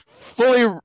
fully